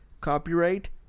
Copyright